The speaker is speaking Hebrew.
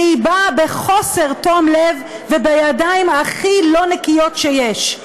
והיא באה בחוסר תום לב ובידיים הכי לא נקיות שיש.